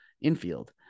infield